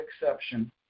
exception